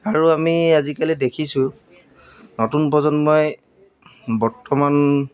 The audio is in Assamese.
আৰু আমি আজিকালি দেখিছোঁ নতুন প্ৰজন্মই বৰ্তমান